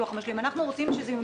המבוטחים ולא רק למי שיש ביטוח משלים.